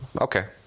okay